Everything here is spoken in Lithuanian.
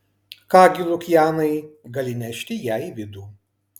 ką gi lukianai gali nešti ją į vidų